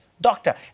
doctor